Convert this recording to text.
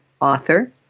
author